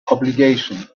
obligation